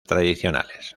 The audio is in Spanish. tradicionales